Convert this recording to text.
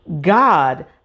God